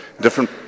different